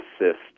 assist